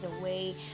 away